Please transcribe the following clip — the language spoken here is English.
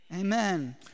Amen